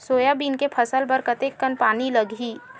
Soybean के फसल बर कतेक कन पानी लगही?